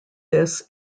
this